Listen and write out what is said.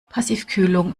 passivkühlung